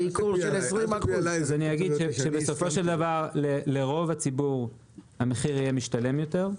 מדובר על ייקור של 20%. לרוב הציבור המחיר יהיה משתלם יותר.